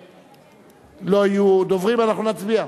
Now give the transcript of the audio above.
ואם לא יהיו דוברים אנחנו נצביע.